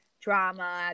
drama